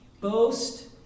boast